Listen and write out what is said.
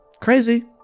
crazy